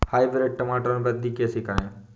Hybrid टमाटर में वृद्धि कैसे करें?